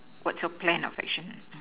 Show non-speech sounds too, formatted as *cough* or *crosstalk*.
what's your plan of action *noise*